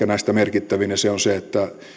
näistä ehkä merkittävin ja se on se että